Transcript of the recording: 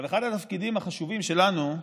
אחד התפקידים החשובים שלנו,